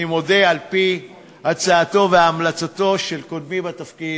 אני מודה, על-פי הצעתו והמלצתו של קודמי בתפקיד,